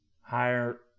higher